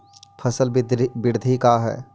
फसल वृद्धि का है?